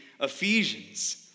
Ephesians